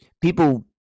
people